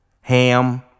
Ham